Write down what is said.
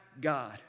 God